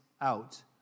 out